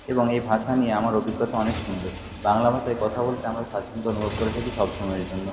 এবং এই ভাষা নিয়ে আমার অভিজ্ঞতা অনেক সুন্দর বাংলা ভাষায় কথা বলতে আমরা স্বাচ্ছন্দ্য অনুভব করে থাকি সবসময়ের জন্য